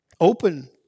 open